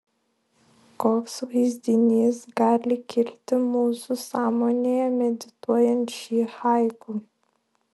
koks vaizdinys gali kilti mūsų sąmonėje medituojant šį haiku